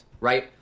right